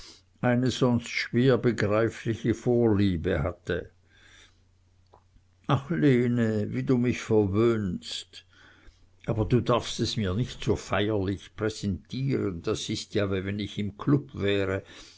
eine sonst schwer begreifliche vorliebe hatte ach lene wie du mich verwöhnst aber du darfst es mir nicht so feierlich präsentieren das ist ja wie wenn ich im club wäre